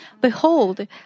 Behold